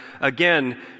again